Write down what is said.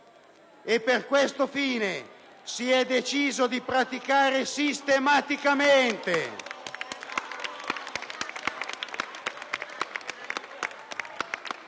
E per questo fine si è deciso di praticare sistematicamente,